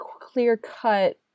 clear-cut